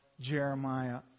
Jeremiah